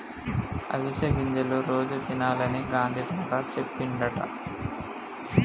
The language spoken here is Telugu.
అవిసె గింజలు రోజు తినాలని గాంధీ తాత చెప్పిండట